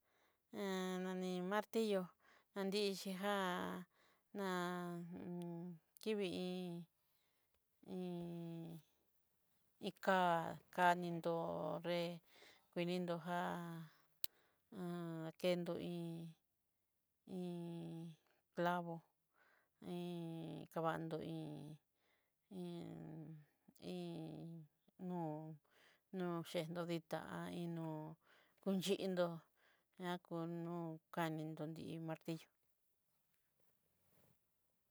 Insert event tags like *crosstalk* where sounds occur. Ha nani martillo nadixhi já *hesitation* un *hesitation* kivi iin- iin *hesitation* ká-kanindó'o nré kudinnró já *hesitation* ndo iin iin clavo, iin kavandó iin iin iin no noyendó ditá a iin nó kuchendó ná konó kaninró ni iin martillo.